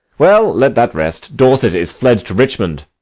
well, let that rest. dorset is fled to richmond.